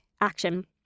action